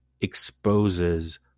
exposes